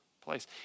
place